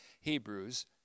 Hebrews